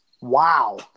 Wow